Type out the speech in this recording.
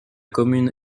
commune